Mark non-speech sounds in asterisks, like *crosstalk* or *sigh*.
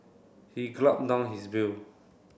he *unintelligible* down his bill